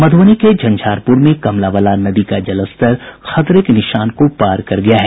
मधुबनी के झंझारपुर में कमला बलान नदी का जलस्तर खतरे के निशान को पार कर गया है